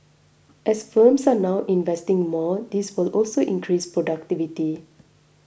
as firms are now investing more this will also increase productivity